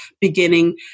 beginning